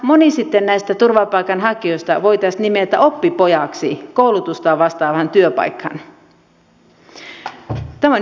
moni sitten näistä turvapaikanhakijoista voitaisiin nimetä oppipojaksi koulutustaan vastaavaan työpaikkaan